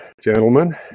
gentlemen